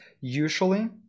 usually